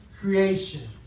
creation